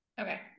Okay